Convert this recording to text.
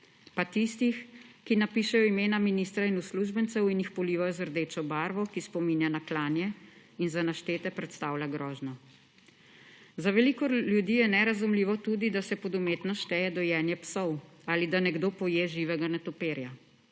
pa tistih, ki napišejo imena ministra in uslužbencev in jih polivajo z rdečo barvo, ki spominja na klanje in za naštete predstavlja grožnjo. Za veliko ljudi je nerazumljivo tudi, da se pod umetnost šteje dojenje psov ali da nekdo poje živega netopirja